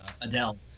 Adele